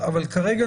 אבל כרגע,